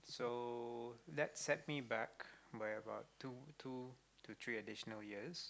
so that set me back by about two two to three additional years